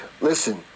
Listen